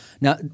Now